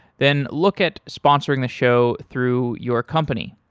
then look at sponsoring the show through your company.